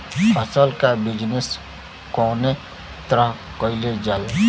फसल क बिजनेस कउने तरह कईल जाला?